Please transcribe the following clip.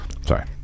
Sorry